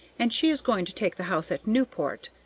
and she is going to take the house at newport,